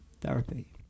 therapy